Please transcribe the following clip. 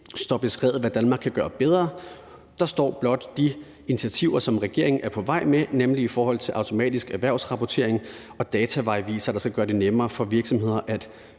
står beskrevet, hvad Danmark kan gøre bedre. Der står blot de initiativer, som regeringen er på vej med, nemlig i forhold til automatisk erhvervsrapportering og datavejvisere, der skal gøre det nemmere for virksomheder